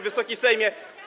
Wysoki Sejmie!